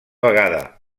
vegada